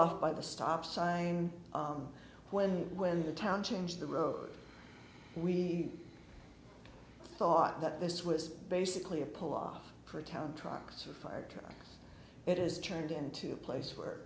off by the stop sign when when the town changed the road we thought that this was basically a pull off for a talent trucks or fire trucks it has turned into a place where